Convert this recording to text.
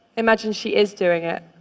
imagine she is doing it.